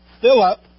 Philip